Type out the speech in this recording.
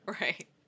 Right